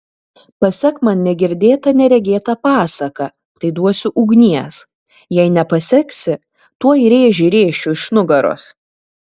pasek man negirdėtą neregėtą pasaką tai duosiu ugnies jei nepaseksi tuoj rėžį rėšiu iš nugaros